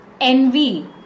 envy